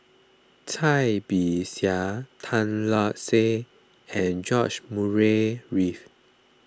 Cai Bixia Tan Lark Sye and George Murray Reith